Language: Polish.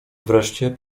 wreszcie